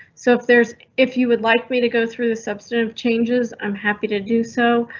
so if there's if you would like me to go through the substantive changes, i'm happy to do so.